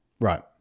Right